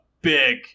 big